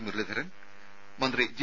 മുരളീധരൻ മന്ത്രി ജി